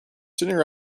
sitting